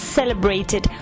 celebrated